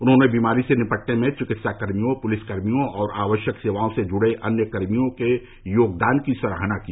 उन्होंने बीमारी से निपटने में चिकित्साकर्मियों पुलिसकर्मियों और आवश्यक सेवाओं से जुड़े अन्य कर्मियों के योगदान की सराहना की